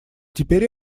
теперь